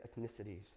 ethnicities